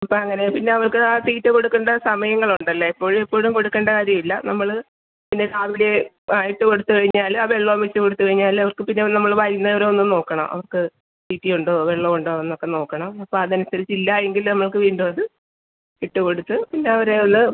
അപ്പോൾ അങ്ങനെ പിന്നെ അവർക്ക് ആ തീറ്റ കൊടുക്കേണ്ട സമയങ്ങളുണ്ടല്ലേ എപ്പോഴും എപ്പോഴും കൊടുക്കേണ്ട കാര്യം ഇല്ല നമ്മൾ ഇന്ന് രാവിലെ ആ ഇട്ട് കൊടുത്ത് കഴിഞ്ഞാൽ ആ വെള്ളം വെച്ച് കൊടുത്ത് കഴിഞ്ഞാൽ അവർക്ക് പിന്നെ നമ്മൾ വൈകുന്നേരം ഒന്ന് നോക്കണം അവർക്ക് തീറ്റി ഉണ്ടോ വെള്ളം ഉണ്ടോ എന്നൊക്കെ നോക്കണം അപ്പോൾ അതിനനുസരിച്ച് ഇല്ലായെങ്കിൽ നമുക്ക് വീണ്ടും അത് ഇട്ട് കൊടുത്ത് പിന്നെ അവരേൽ